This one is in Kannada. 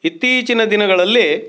ಇತ್ತೀಚಿನ ದಿನಗಳಲ್ಲಿ